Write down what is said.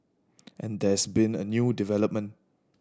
and there's been a new development